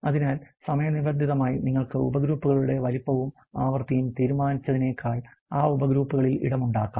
അതിനാൽ സമയബന്ധിതമായി നിങ്ങൾക്ക് ഉപഗ്രൂപ്പുകളുടെ വലുപ്പവും ആവൃത്തിയും തീരുമാനിച്ചതിനേക്കാൾ ആ ഉപഗ്രൂപ്പുകളിൽ ഇടമുണ്ടാക്കാം